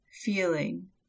feeling